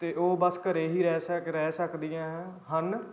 ਅਤੇ ਉਹ ਬਸ ਘਰ ਹੀ ਰਹਿ ਸਕ ਰਹਿ ਸਕਦੀਆਂ ਹਨ